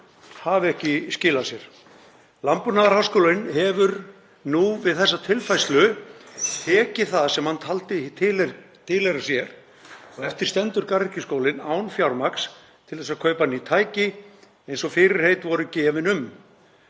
hafi ekki skilað sér. Landbúnaðarháskólinn hefur nú við þessa tilfærslu tekið það sem hann taldi tilheyra sér og eftir stendur Garðyrkjuskólinn án fjármagns til að kaupa ný tæki, eins og fyrirheit voru gefin um.